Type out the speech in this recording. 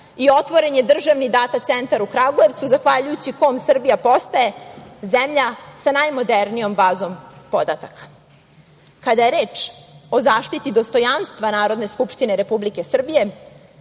i otvoren je državni data centar u Kragujevcu, zahvaljujući kom Srbija postaje zemlja sa najmodernijom bazom podataka. Kada je reč o zaštiti dostojanstva Narodne skupštine Republike Srbije,